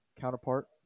Counterpart